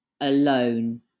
alone